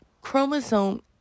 Chromosome